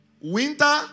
Winter